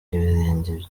ibirenge